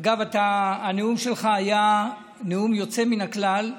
אגב, הנאום שלך היה נאום יוצא מן הכלל,